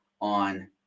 on